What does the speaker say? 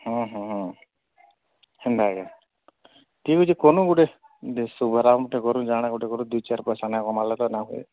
ହଁ ହଁ ହେନ୍ତା ଆଜ୍ଞା ଠିକ୍ ଅଛି କହିମୁ ଗୋଟେ ଦେ ଶୁଭାରମ୍ଭଟେ କରୁ ଜାହା ହେନେ ଗୋଟେ କରୁ ଦୁଇ ଚାରି ପଇସା ନାଇଁ କମାଲେ ତ ନା ହୁଏ